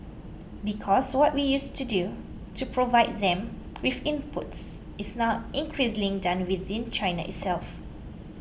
because what we used to do to provide them with inputs is now increasingly done within China itself